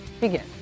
begin